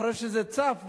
אחרי שזה צף ועלה.